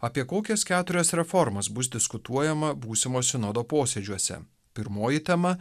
apie kokias keturias reformas bus diskutuojama būsimo sinodo posėdžiuose pirmoji tema